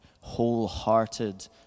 wholehearted